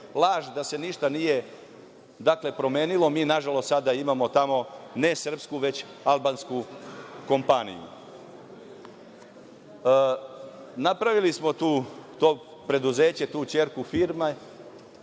laž da se ništa nije promenilo. Mi nažalost sada imamo tamo ne srpsku već albansku kompaniju. Napravili smo to preduzeće, tu kćerku firmu